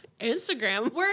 Instagram